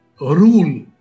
rule